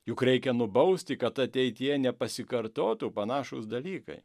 juk reikia nubausti kad ateityje nepasikartotų panašūs dalykai